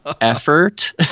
effort